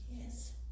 Yes